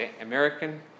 American